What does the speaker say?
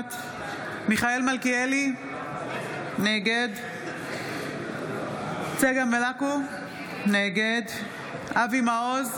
נוכחת מיכאל מלכיאלי, נגד צגה מלקו, נגד אבי מעוז,